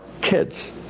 kids